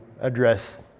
address